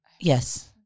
Yes